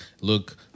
look